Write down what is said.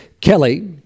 Kelly